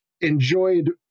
enjoyed